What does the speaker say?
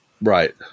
right